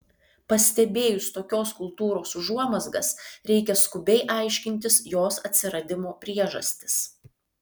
pastebėjus tokios kultūros užuomazgas reikia skubiai aiškintis jos atsiradimo priežastis